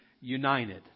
united